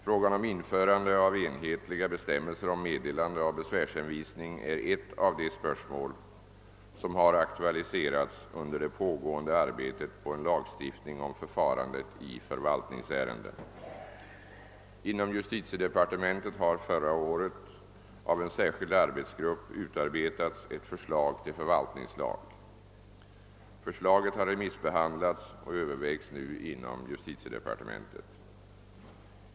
Frågan om införande av enhetliga bestämmelser om meddelande av besvärshänvisning är ett av de spörsmål som har aktualiserats under det pågående arbetet på en lagstiftning om förfarandet i förvaltningsärenden. Inom justitiedepartementet har förra året av en särskild arbetsgrupp utarbetats ett förslag till förvaltningslag . Förslaget har remissbehandlats och övervägs nu inom justitiedepartementet.